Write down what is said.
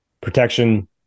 protection